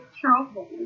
trouble